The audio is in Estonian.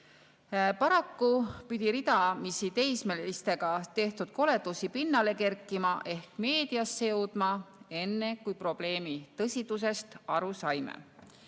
Paraku pidi ridamisi teismelistega tehtud koledusi pinnale kerkima ehk meediasse jõudma, enne kui me probleemi tõsidusest aru saime.